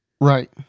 Right